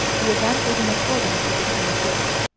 the event was in accordance with the king's wish.